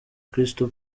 crystal